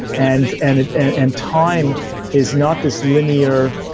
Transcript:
and and and time is not this linear,